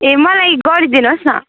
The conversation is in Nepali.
ए मलाई गरिदिनुहोस न